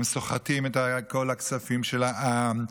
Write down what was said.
הם סוחטים את כל הכספים של העם,